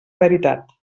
veritat